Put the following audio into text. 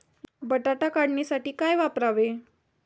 बटाटा काढणीसाठी काय वापरावे?